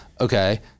okay